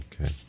Okay